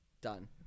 Done